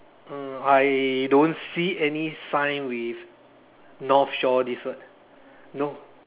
mm I don't see any sign with north shore this word no